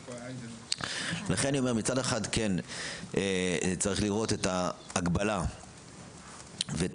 לכן מצד אחד צריך לראות את ההגבלה ואת